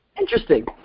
Interesting